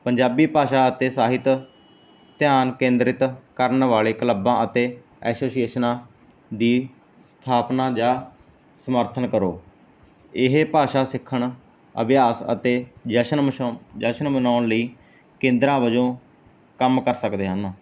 ਪੰਜਾਬੀ ਭਾਸ਼ਾ ਤੇ ਸਾਹਿਤ ਧਿਆਨ ਕੇਂਦਰਿਤ ਕਰਨ ਵਾਲੇ ਕਲੱਬਾਂ ਅਤੇ ਐਸੋਸੀਏਸ਼ਨਾਂ ਦੀ ਸਥਾਪਨਾ ਜਾਂ ਸਮਰਥਨ ਕਰੋ ਇਹ ਭਾਸ਼ਾ ਸਿੱਖਣ ਅਭਿਆਸ ਅਤੇ ਜਸ਼ਨ ਮਸ਼ਾ ਜਸ਼ਨ ਮਨਾਉਣ ਲਈ ਕੇਂਦਰਾਂ ਵਜੋਂ ਕੰਮ ਕਰ ਸਕਦੇ ਹਨ